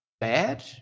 bad